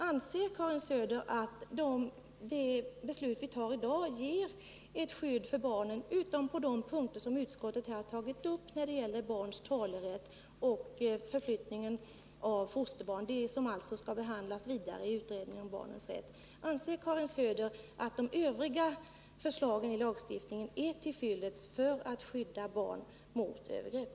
Anser Karin Söder att de förslag vi skall fatta beslut om i dag — utom på de punkter som utskottet har tagit upp när det gäller barns talerätt och förflyttning av fosterbarn, som alltså skall behandlas vidare i utredningen om barnens rätt — är till fyllest för att skydda barn mot övergrepp?